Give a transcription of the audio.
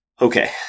Okay